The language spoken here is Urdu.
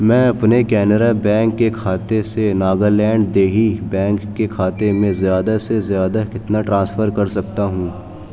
میں اپنے کینرا بینک کے کھاتے سے ناگالینڈ دیہی بینک کے کھاتے میں زیادہ سے زیادہ کتنا ٹرانسفر کر سکتا ہوں